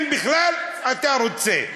אם בכלל אתה רוצה.